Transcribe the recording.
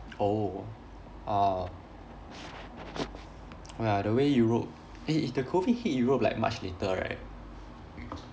oh ah ya the way europe eh it the COVID hit europe like much later right